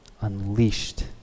Unleashed